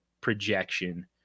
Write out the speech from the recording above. projection